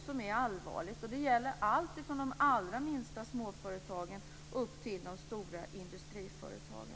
Detta är allvarligt och gäller för alla kategorier, från de allra minsta småföretagen och upp till de stora industriföretagen.